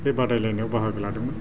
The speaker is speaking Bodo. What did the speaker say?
बे बादायलायनायाव बाहागो लादोंमोन